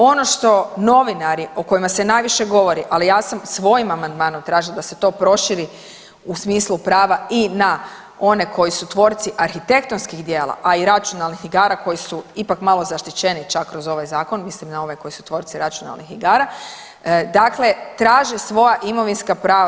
Ono što novinari o kojima se najviše govori, ali ja sam svojim amandmanom tražila da se to proširi u smislu prava i na one koji su tvorci arhitektonskih djela, a i računalnih igara koji su ipak malo zaštićeniji čak kroz ovaj zakon, mislim na ove koji su tvorci računalnih igara, dakle traže svoja imovinska prava.